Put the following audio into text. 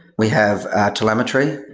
we have telemetry,